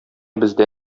бездә